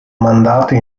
mandato